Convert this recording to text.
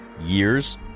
years